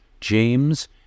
james